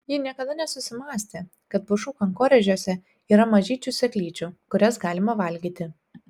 ji niekada nesusimąstė kad pušų kankorėžiuose yra mažyčių sėklyčių kurias galima valgyti